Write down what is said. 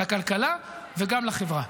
לכלכלה וגם לחברה.